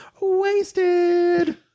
wasted